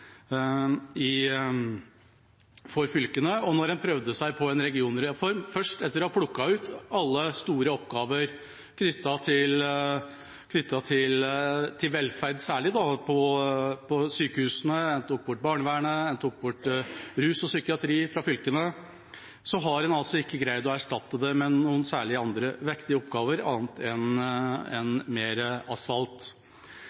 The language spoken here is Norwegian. mellomnivået for fylkene. Og etter at en prøvde seg på en regionreform, først etter å ha plukket ut alle store oppgaver knyttet til velferd, særlig innen sykehusene, en tok bort barnevernet, en tok bort rus og psykiatri fra fylkene, har en ikke greid å erstatte det med noen andre særlig vektige oppgaver, annet enn